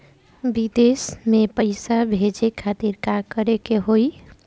विदेश मे पैसा भेजे खातिर का करे के होयी?